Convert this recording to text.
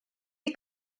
bir